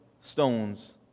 stones